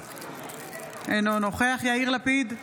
אינו נוכח יאיר לפיד,